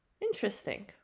Interesting